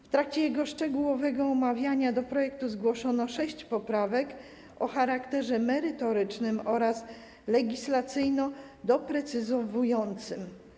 W trakcie szczegółowego omawiania projektu zgłoszono sześć poprawek o charakterze merytorycznym oraz legislacyjno-doprecyzowującym.